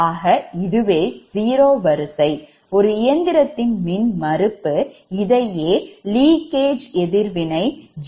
ஆக இதுவே zero வரிசை ஒரு இயந்திரத்தின் மின்மறுப்பு இதையே leakage எதிர்வினை jXl என்று குறிப்பிடுகின்றோம்